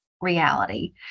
reality